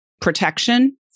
protection